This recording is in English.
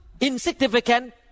insignificant